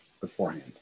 beforehand